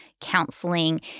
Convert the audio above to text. counseling